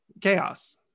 chaos